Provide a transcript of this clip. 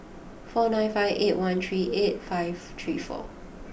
four nine five eight one three eight five three four